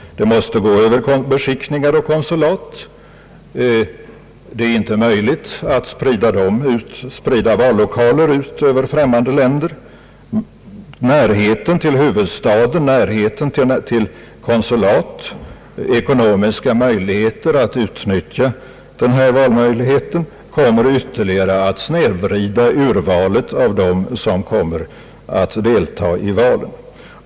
Det skall gå över beskickningar och konsulat. Det är inte möjligt att sprida vallokaler ut över främmande länder. Närheten till huvudstaden, närheten. till konsulat, ekonomiska möjligheter att utnyttja den här valmöjligheten kommer ytterligare att snedvrida urvalet av dem som kommer att delta i valen.